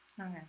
Okay